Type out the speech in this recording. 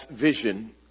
vision